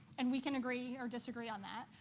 and we can agree or disagree on that.